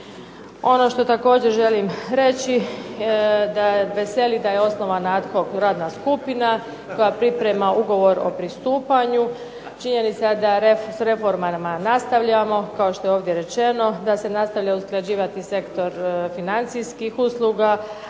Ono što također želim reći veseli da je osnovana ad hoc radna skupina koja priprema ugovor o pristupanju. Činjenica da sa reformama nastavljamo, kao što je ovdje rečeno, da se nastavlja usklađivati sektor financijskih usluga